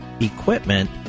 equipment